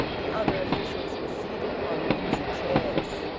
the other officials were seated on windsor chairs.